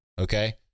Okay